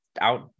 out